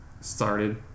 started